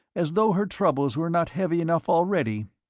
as though her troubles were not heavy enough already.